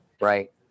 right